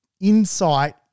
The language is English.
insight